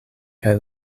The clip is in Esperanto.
kaj